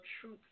truth